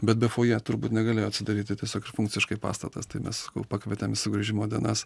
bet be foje turbūt negalėjo atsidaryti tiesiog ir funkciškai pastatas tai mes pakvietėm į grįžimo dienas